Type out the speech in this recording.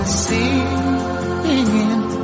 singing